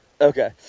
Okay